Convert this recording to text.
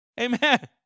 Amen